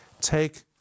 take